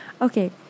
okay